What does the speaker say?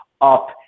up